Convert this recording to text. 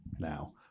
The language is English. now